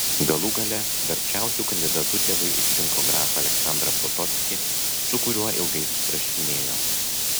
galų gale verčiausiu kandidatu tėvai išrinko grafą aleksandrą potockį su kuriuo ilgai susirašinėjo